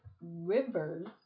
Rivers